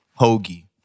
hoagie